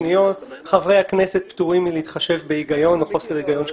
חברי הכנסת פטורים מלהתחשב בהיגיון או חוסר היגיון של